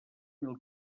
mil